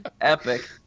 Epic